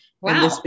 Wow